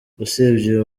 usibye